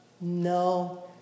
No